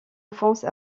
enfance